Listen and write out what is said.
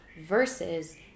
versus